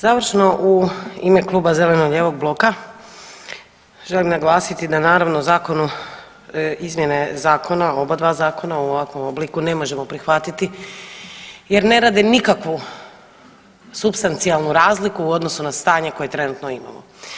Završno u ime Kluba zeleno-lijevog bloka želim naglasiti da naravno zakon o, izmjene zakona oba dva zakona u ovakvom obliku ne možemo prihvatiti jer ne rade nikakvu supstancijalnu razliku odnosu na stanje koje trenutno imamo.